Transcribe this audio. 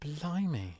Blimey